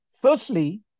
Firstly